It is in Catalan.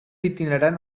itinerant